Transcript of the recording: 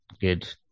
good